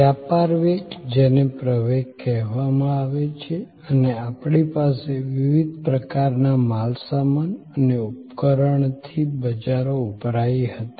વ્યાપાર વેગ જેને પ્રવેગ કહેવામાં આવે છે અને આપણી પાસે વિવિધ પ્રકારના માલસામાન અને ઉપકરણથી બજારો ઉભરાઈ હતી